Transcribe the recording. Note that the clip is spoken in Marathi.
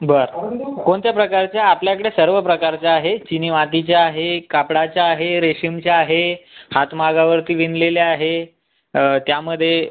बर कोणत्या प्रकारच्या आपल्याकडे सर्व प्रकारच्या आहे चिनी मातीच्या आहे कापडाच्या आहे रेशीमच्या आहे हातमागावरती विणलेल्या आहे त्यामध्ये